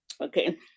Okay